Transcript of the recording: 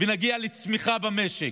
ונגיע לצמיחה במשק,